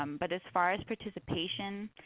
um but as far as participation,